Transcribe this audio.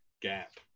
gap